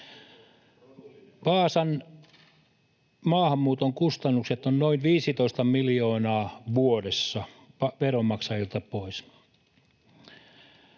Vaasan maahanmuuton kustannukset ovat noin 15 miljoonaa vuodessa, veronmaksajilta pois.